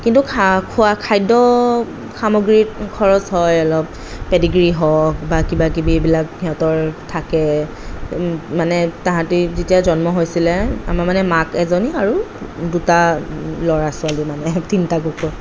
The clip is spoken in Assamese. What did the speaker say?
কিন্তু খা খোৱা খাদ্য় সামগ্ৰীত খৰচ হয় অলপ পেডিগ্ৰী হওক বা কিবাকিবি এইবিলাক সিহতৰ থাকে মানে তাহাঁতি যেতিয়া জন্ম হৈছিলে আমাৰ মানে মাক এজনী আৰু দুটা ল'ৰা ছোৱালী মানে তিনিটা কুকুৰ